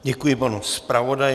Děkuji panu zpravodaji.